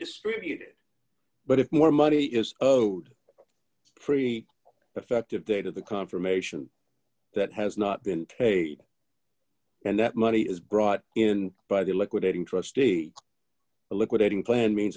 distributed but if more money is owed free effective date of the confirmation that has not been paid and that money is brought in by the liquidating trustee a liquidating plan means